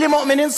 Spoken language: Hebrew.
(אומר בערבית ומתרגם:)